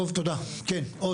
טוב תודה, כן עוד?